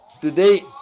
Today